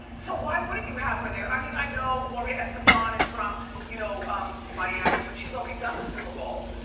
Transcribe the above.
so why wouldn't you have her there? i mean, i know gloria estefan is from you know um miami, but she's already done the super bowl.